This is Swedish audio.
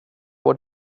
var